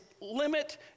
limit